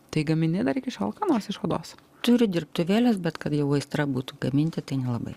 tai gamini dar iki šiol nors iš odos turiu dirbtuvėles bet kad jau aistra būtų gaminti tai nelabai